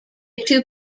two